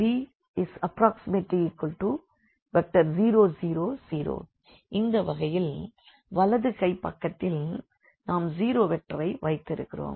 b0 0 0 இந்த வகையில் வலதுகைப்பக்கத்தில் நாம் ஜீரோ வெக்டரை வைத்திருக்கிறோம்